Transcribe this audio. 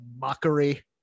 mockery